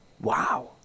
Wow